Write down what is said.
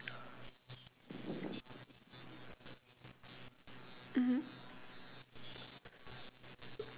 mmhmm